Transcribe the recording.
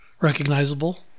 recognizable